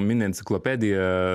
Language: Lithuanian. mini enciklopediją